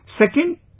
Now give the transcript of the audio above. Second